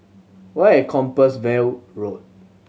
where is Compassvale Road